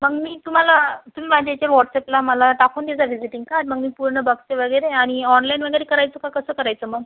मग मी तुम्हाला तुम्ही माझ्या इथे व्हॉट्सॲपला मला टाकून देजा व्हिजिटिंग कार्ड मग मी पूर्ण बघते वगैरे आणि ऑनलाईन वगैरे करायचं का कसं करायचं मग